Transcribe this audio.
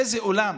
איזה אולם